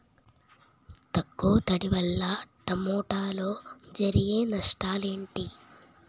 తక్కువ తడి వల్ల టమోటాలో జరిగే నష్టాలేంటి?